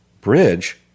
Bridge